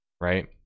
right